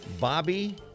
Bobby